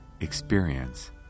experience